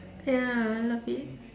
ya I love it